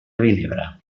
vinebre